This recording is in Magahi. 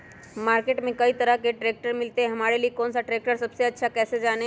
मार्केट में कई तरह के ट्रैक्टर मिलते हैं हमारे लिए कौन सा ट्रैक्टर सबसे अच्छा है कैसे जाने?